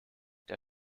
der